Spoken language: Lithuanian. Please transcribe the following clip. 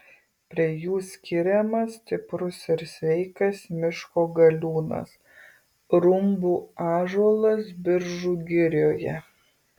prie jų skiriamas stiprus ir sveikas miško galiūnas rumbų ąžuolas biržų girioje